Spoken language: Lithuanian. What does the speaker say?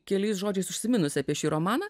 keliais žodžiais užsiminusi apie šį romaną